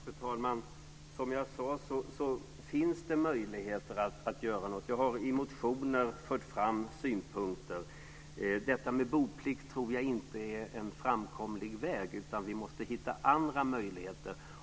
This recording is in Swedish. Fru talman! Som jag sade finns det möjligheter att göra något. Jag har i motioner fört fram synpunkter. Detta med boplikt tror jag inte är en framkomlig väg, utan vi måste hitta andra möjligheter.